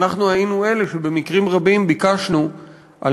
ואנחנו היינו אלה שבמקרים רבים ביקשנו על